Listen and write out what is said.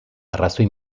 arrazoi